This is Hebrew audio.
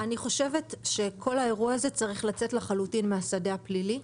אני חושבת שכל האירוע הזה צריך לצאת לחלוטין מהשדה הפלילי,